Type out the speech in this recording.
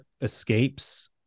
escapes